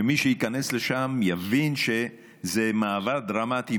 שמי שייכנס לשם יבין שזה מעבר דרמטי